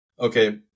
Okay